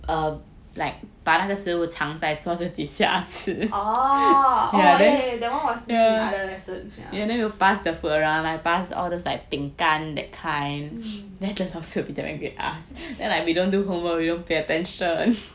oh oh yeah yeah that one was eat in other lessons yeah mm